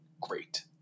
great